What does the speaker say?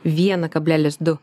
vieną kablelis du